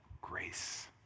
grace